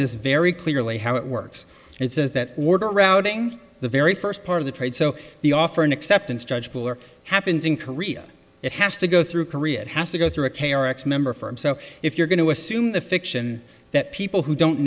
this very clearly how it works and it says that order routing the very first part of the trade so the offer and acceptance judgeable or happens in korea it has to go through korea it has to go through a k or x member firm so if you're going to assume the fiction that people who don't